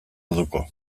orduko